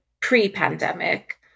pre-pandemic